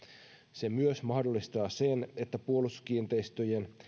se myös mahdollistaa sen että puolustuskiinteistöjen